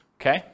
okay